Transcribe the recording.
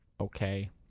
Okay